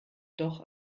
doch